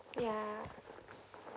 yeah